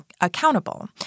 accountable